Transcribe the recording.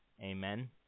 Amen